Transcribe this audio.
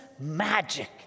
magic